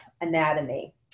anatomy